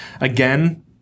again